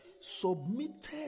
submitted